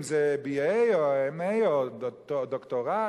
אם BA או MA או דוקטורט,